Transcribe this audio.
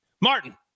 Martin